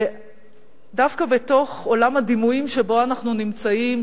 ודווקא בתוך עולם הדימויים שבו אנחנו נמצאים,